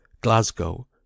Glasgow